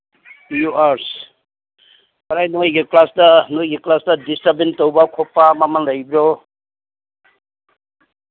U arts ꯀꯗꯥꯏ ꯅꯣꯏꯒꯤ cluster ꯅꯣꯏꯒꯤ ꯀ꯭ꯂꯥꯁꯇ ꯗꯤꯁꯇꯔꯕꯦꯟꯁ ꯇꯧꯕ ꯈꯣꯠꯄ ꯑꯃ ꯑꯃ ꯂꯩꯕ꯭ꯔꯣ